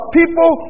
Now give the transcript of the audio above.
people